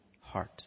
heart